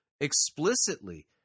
explicitly